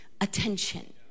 attention